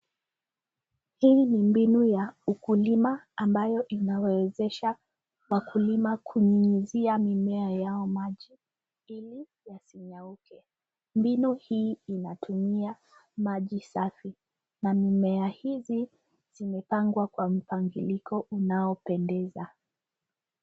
Hii ni mbinu ya ukulima ambayo inawawezesha wakulima kunyunyizia mimea yao maji ili yasinyauke. Mbinu hii unatumia maji safi na mimea hizi zimepangwa kwa mpangilio unaopendeza.